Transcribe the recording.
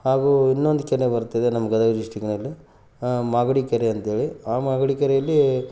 ಹಾಗೂ ಇನ್ನೊಂದು ಕೆರೆ ಬರ್ತದೆ ನಮ್ಮ ಗದಗ ಡಿಸ್ಟಿಕ್ಕಿನಲ್ಲಿ ಮಾಗಡಿ ಕೆರೆ ಅಂತ್ಹೇಳಿ ಆ ಮಾಗಡಿ ಕೆರೇಲಿ